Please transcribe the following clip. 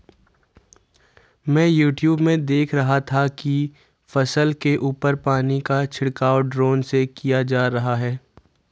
मैं यूट्यूब में देख रहा था कि फसल के ऊपर पानी का छिड़काव ड्रोन से किया जा रहा है